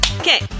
okay